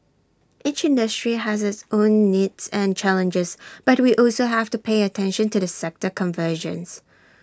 each industry has its own needs and challenges but we also have to pay attention to the sector convergence